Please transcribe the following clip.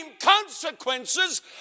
consequences